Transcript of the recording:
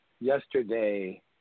yesterday